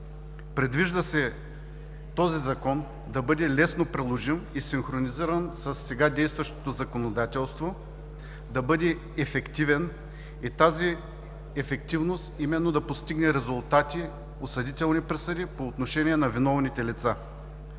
Предвижда се този Законопроект да бъде лесно приложим и синхронизиран със сега действащото законодателство, да бъде ефективен и именно тази ефективност да постигне резултати – осъдителни присъди по отношение на виновните лица.